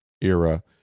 era